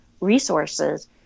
resources